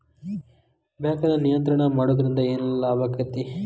ಬ್ಯಾಂಕನ್ನ ನಿಯಂತ್ರಣ ಮಾಡೊದ್ರಿಂದ್ ಏನ್ ಲಾಭಾಕ್ಕತಿ?